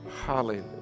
Hallelujah